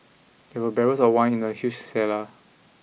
there were barrels of wine in the huge cellar